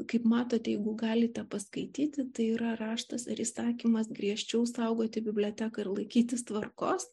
kaip matote jeigu galite paskaityti tai yra raštas ar įsakymas griežčiau saugoti biblioteką ir laikytis tvarkos